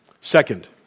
Second